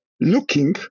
looking